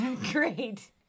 Great